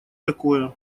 такое